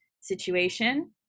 situation